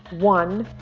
one,